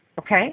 okay